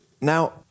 Now